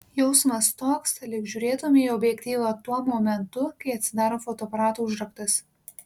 jausmas toks lyg žiūrėtumei į objektyvą tuo momentu kai atsidaro fotoaparato užraktas